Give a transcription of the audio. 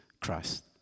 Christ